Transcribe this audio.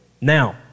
Now